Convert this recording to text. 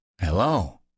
Hello